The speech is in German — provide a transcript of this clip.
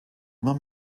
immer